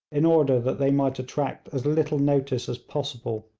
in order that they might attract as little notice as possible.